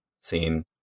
seen